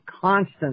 constant